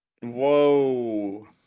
whoa